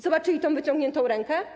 Zobaczyli tę wyciągniętą rękę?